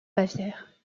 bavière